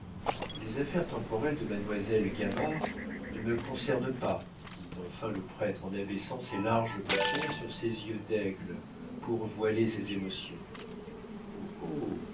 les affaires temporelles de mademoiselle gamard ne me concernent pas dit enfin le prêtre en abaissant ses larges paupières sur ses yeux d'aigle pour voiler ses émotions